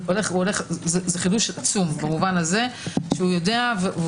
זה חידוש עצום במובן הזה שהוא יודע.